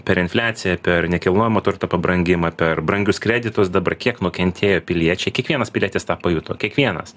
per infliaciją per nekilnojamo turto pabrangimą per brangius kreditus dabar kiek nukentėjo piliečiai kiekvienas pilietis tą pajuto kiekvienas